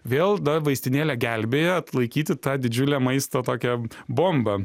vėl na vaistinėlė gelbėja atlaikyti tą didžiulę maisto tokią bombą